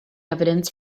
evidence